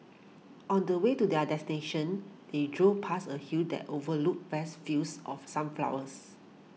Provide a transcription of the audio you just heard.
on the way to their destination they drove past a hill that overlooked vast fields of sunflowers